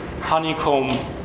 honeycomb